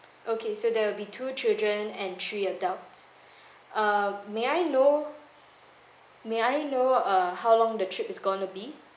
okay so there will be two children and three adults uh may I know may I know uh how long the trip is going to be